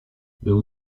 był